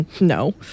No